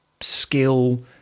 skill